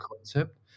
concept